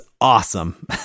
awesome